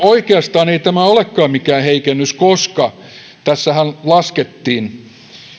oikeastaan ei tämä olekaan mikään heikennys koska tässähän laskettiin